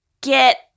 get